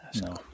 No